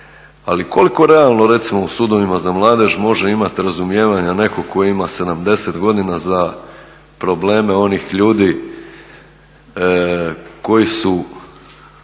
ali koliko realno recimo u sudovima za mladež može imati razumijevanja netko tko ima 70 godina za probleme onih ljudi koji su